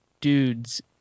Dudes